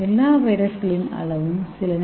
எல்லா வைரஸ்களின் அளவும் சில என்